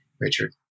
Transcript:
Richard